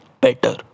better